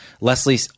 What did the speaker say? Leslie